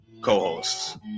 co-hosts